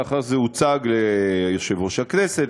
לאחר שזה הוצג ליושב-ראש הכנסת,